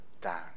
down